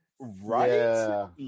right